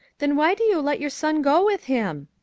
then why do you let your son go with him?